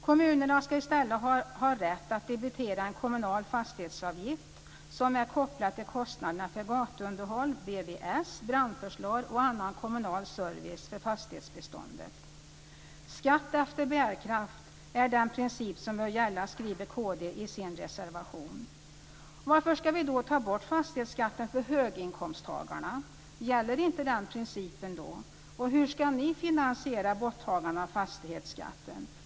Kommunerna ska i stället ha rätt att debitera en kommunal fastighetsavgift som är kopplad till kostnaderna för gatuunderhåll, VVS, brandförsvar och annan kommunal service för fastighetsbeståndet. Skatt efter bärkraft är den princip som bör gälla, skriver kd i sin reservation. Varför ska vi då ta bort fastighetsskatten för höginkomsttagarna? Gäller inte den principen då? Och hur ska ni finansiera borttagandet av fastighetsskatten?